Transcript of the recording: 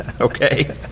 Okay